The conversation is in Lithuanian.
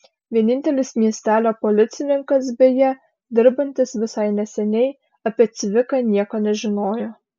vienintelis miestelio policininkas beje dirbantis visai neseniai apie cviką nieko nežinojo